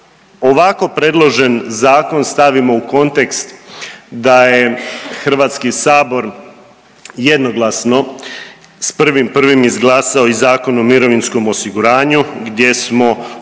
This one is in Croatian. ovako predloženi zakon stavimo u kontekst da je Hrvatski sabor jednoglasno s 1.1. izglasao i Zakon o mirovinskom osiguranju gdje smo uveli